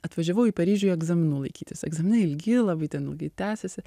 atvažiavau į paryžių egzaminų laikytis egzaminai ilgi labai ten ilgai tęsiasi